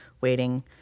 waiting